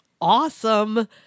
awesome